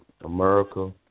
America